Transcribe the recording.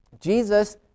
Jesus